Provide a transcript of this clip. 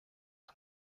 all